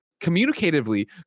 communicatively